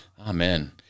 Amen